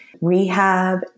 rehab